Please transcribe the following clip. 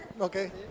Okay